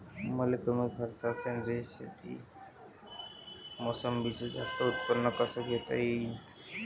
मले कमी खर्चात सेंद्रीय शेतीत मोसंबीचं जास्त उत्पन्न कस घेता येईन?